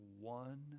one